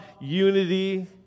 unity